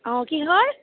অঁ কিহৰ